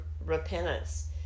repentance